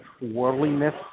worldliness